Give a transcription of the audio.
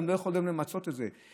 הם לא יכולים למצות אותן,